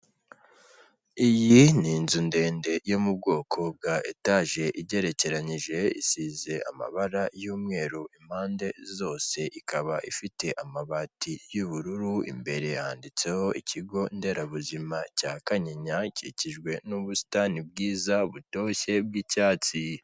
Iyi ni inzu ndende yo mu bwoko bwa etaje igerekeranije isize amabara yu'mweru impande zose ikaba ifite amabati y'ubururu imbere yanditseho ikigo nderabuzima cya Kanyinya gikikijwe n'ubusitani bwiza butoshye bwicyatsi.